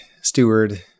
steward